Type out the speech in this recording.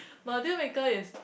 my deal maker is